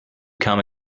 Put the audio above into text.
come